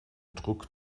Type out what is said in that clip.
druck